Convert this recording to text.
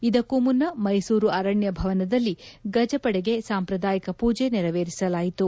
ಇದಕ್ಕೂ ಮುನ್ನ ಮೈಸೂರು ಅರಣ್ಯ ಭವನದಲ್ಲಿ ಗಜಪಡೆಗೆ ಸಾಂಪ್ರದಾಯಿಕ ಪೂಜೆ ನೆರವೇರಿಸಲಾಯಿತು